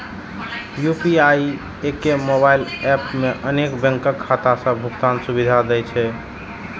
UPI एके mobile app मे अनेक बैंकक खाता सं भुगतान सुविधा दै छै